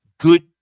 good